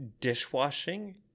dishwashing